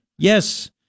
Yes